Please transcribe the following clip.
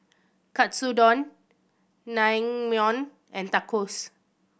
Katsudon Naengmyeon and Tacos